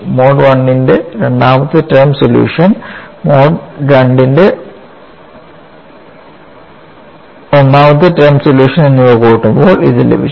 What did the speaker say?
mode I ന്റെ രണ്ട് term solution mode II ന്റെ 1 ടേം സൊല്യൂഷൻ എന്നിവ കൂട്ടുമ്പോൾ ഇത് ലഭിച്ചു